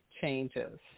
changes